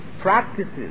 practices